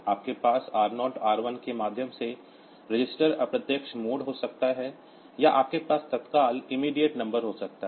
आपके पास R 0 R 1 के माध्यम से रजिस्टर अप्रत्यक्ष मोड हो सकता है या आपके पास तत्काल नंबर हो सकता है